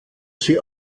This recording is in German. sie